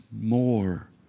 more